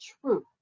true